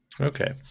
okay